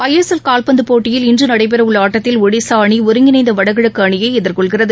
ISL காவ்பந்துப் போட்டியில் இன்று நடைபெறவுள்ள ஆட்டத்தில் ஒடிசா அணி ஒருங்கிணைந்த வடகிழக்கு அணியை எதிர்கொள்கிறது